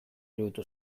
iruditu